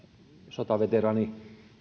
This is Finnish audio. sotaveteraani